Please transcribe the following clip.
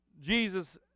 Jesus